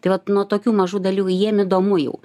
tai vat nuo tokių mažų dalykų jiem įdomu jau